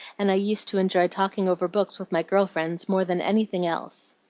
and i used to enjoy talking over books with my girl friends more than anything else.